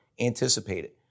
anticipated